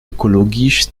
ökologisch